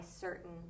certain